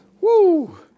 Woo